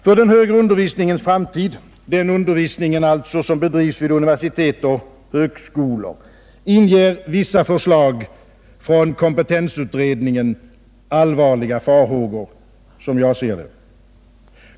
För den högre undervisningens framtid — den undervisning som bedrivs vid universitet och högskolor — inger vissa förslag från kompetensutredningen allvarliga farhågor, såsom jag ser det.